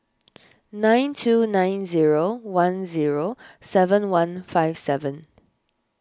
nine two nine zero one zero seven one five seven